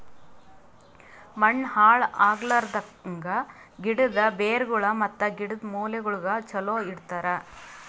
ಮಣ್ಣ ಹಾಳ್ ಆಗ್ಲಾರ್ದಂಗ್, ಗಿಡದ್ ಬೇರಗೊಳ್ ಮತ್ತ ಗಿಡದ್ ಮೂಲೆಗೊಳಿಗ್ ಚಲೋ ಇಡತರ್